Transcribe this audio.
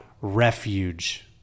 refuge